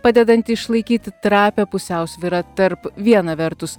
padedant išlaikyti trapią pusiausvyrą tarp viena vertus